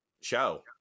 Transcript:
show